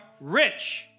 rich